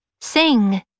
sing